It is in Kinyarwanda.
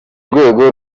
rwego